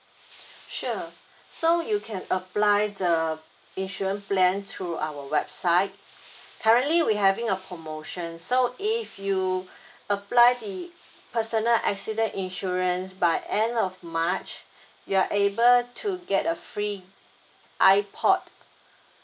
sure so you can apply the insurance plan through our website currently we having a promotion so if you apply the personal accident insurance by end of march you are able to get a free ipod